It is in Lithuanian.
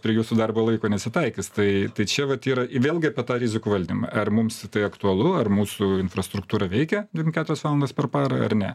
prie jūsų darbo laiko nesitaikys tai tai čia vat yra vėlgi apie tą rizikų valdymą ar mums tai aktualu ar mūsų infrastruktūra veikia dvim keturias valandas per parą ar ne